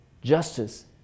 Justice